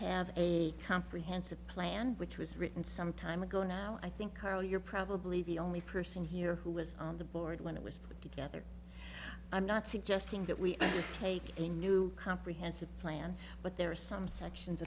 have a comprehensive plan which was written some time ago now i think carl you're probably the only person here who was on the board when it was put together i'm not suggesting that we take a new comprehensive plan but there are some sections